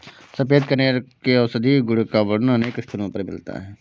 सफेद कनेर के औषधीय गुण का वर्णन अनेक स्थलों पर मिलता है